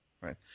Right